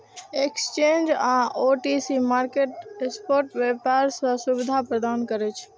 exchange आ OTC market spot व्यापार के सुविधा प्रदान करै छै